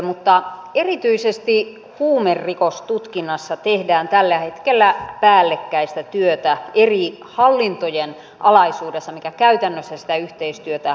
mutta erityisesti huumerikostutkinnassa tehdään tällä hetkellä päällekkäistä työtä eri hallintojen alaisuudessa mikä käytännössä sitä yhteistyötä vaikeuttaa